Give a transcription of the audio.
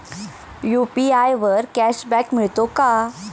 UPI वर cashback मिळतो का?